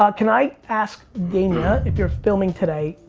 ah can i ask dania if you're filming today,